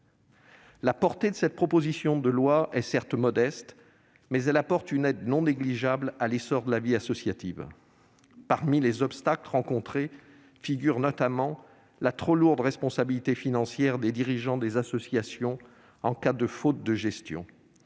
La portée de cette proposition de loi est certes modeste, mais elle apporte une aide non négligeable à l'essor de la vie associative. Parmi les obstacles rencontrés figure notamment la trop lourde responsabilité financière des dirigeants des associations en cas de faute de gestion.